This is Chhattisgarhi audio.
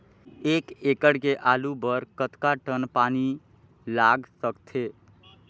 एक एकड़ के आलू बर कतका टन पानी लाग सकथे?